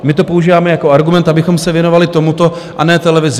My to používáme jako argument, abychom se věnovali tomuto, a ne televizi.